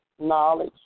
knowledge